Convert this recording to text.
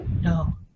No